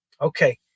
Okay